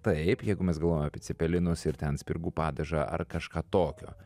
taip jeigu mes galvojam apie cepelinus ir ten spirgų padažą ar kažką tokio